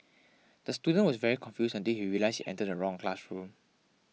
the student was very confused until he realised he entered the wrong classroom